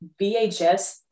VHS